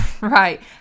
Right